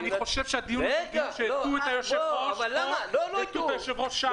חושב שזה דיון שהטעו את היושב-ראש פה והטעו את היושב ראש שם.